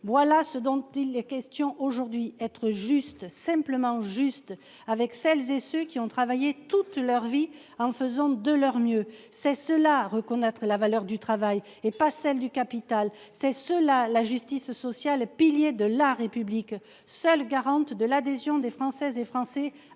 voilà ce dont il est question aujourd'hui être juste simplement juste avec celles et ceux qui ont travaillé toute leur vie en faisant de leur mieux c'est seul à reconnaître la valeur du travail et pas celle du capital. C'est cela la justice sociale, pilier de la République, seule garante de l'adhésion des Françaises et Français